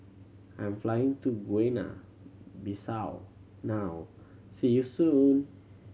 I'm flying to Guinea Bissau now see you soon